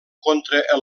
contra